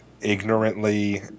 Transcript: Ignorantly